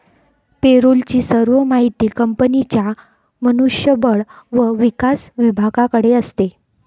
पे role ची सर्व माहिती कंपनीच्या मनुष्य बळ व विकास विभागाकडे असते